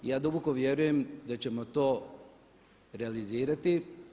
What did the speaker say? I ja duboko vjerujem da ćemo to realizirati.